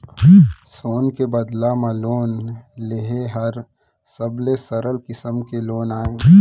सोन के बदला म लोन लेहे हर सबले सरल किसम के लोन अय